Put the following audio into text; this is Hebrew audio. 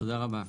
תודה רבה.